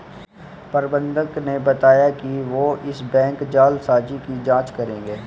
प्रबंधक ने बताया कि वो इस बैंक जालसाजी की जांच करेंगे